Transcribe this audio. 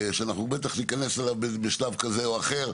שבטח ניכנס אליו בשלב אחר.